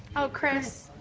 ah chris.